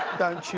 don't yeah